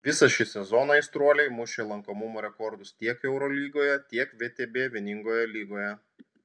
visą šį sezoną aistruoliai mušė lankomumo rekordus tiek eurolygoje tiek vtb vieningoje lygoje